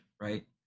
right